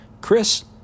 Chris